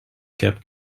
kept